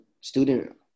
student